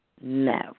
no